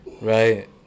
right